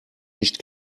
nicht